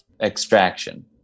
extraction